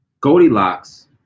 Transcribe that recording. Goldilocks